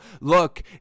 Look